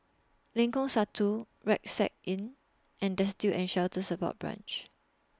Lengkong Satu Rucksack Inn and Destitute and Shelter Support Branch